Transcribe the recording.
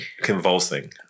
Convulsing